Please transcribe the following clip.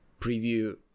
preview